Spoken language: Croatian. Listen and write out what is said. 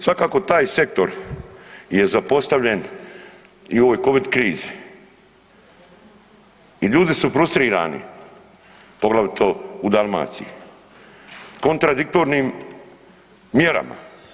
Svakako taj sektor je zapostavljen i u ovoj Covid krizi i ljudi su frustrirani, poglavito u Dalmaciji kontradiktornim mjerama.